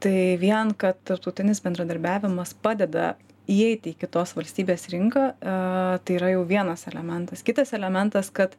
tai vien kad tarptautinis bendradarbiavimas padeda įeiti į kitos valstybės rinką tai yra jau vienas elementas kitas elementas kad